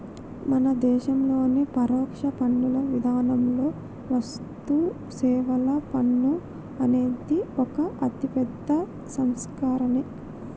మన దేశంలోని పరోక్ష పన్నుల విధానంలో వస్తుసేవల పన్ను అనేది ఒక అతిపెద్ద సంస్కరనే